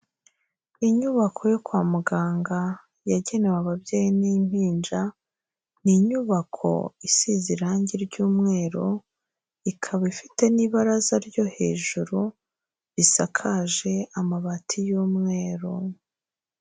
Inyubako yo kwa muganga yagenewe ababyeyi n'impinja, ni inyubako isize irangi ry'umweru, ikaba ifite n'ibaraza ryo hejuru risakaje amabati y'umweru.